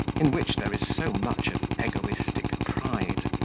in which there is so much of egoistic pride.